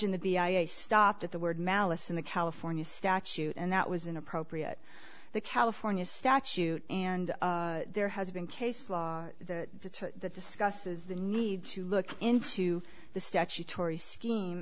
in the b i i stopped at the word malice in the california statute and that was inappropriate the california statute and there has been case law the discusses the need to look into the statutory scheme